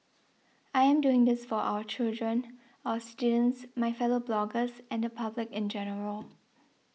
I am doing this for our children our students my fellow bloggers and the public in general